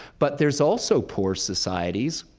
but there's also poor societies,